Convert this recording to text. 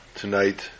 tonight